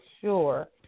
sure